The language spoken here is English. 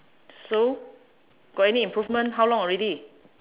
so got any improvement how long already